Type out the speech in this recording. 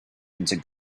into